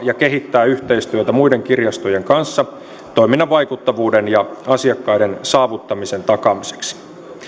ja kehittää yhteistyötä muiden kirjastojen kanssa toiminnan vaikuttavuuden ja asiakkaiden saavuttamisen takaamiseksi